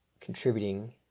contributing